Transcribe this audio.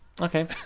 Okay